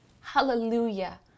Hallelujah